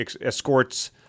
escorts